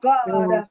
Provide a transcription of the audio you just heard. God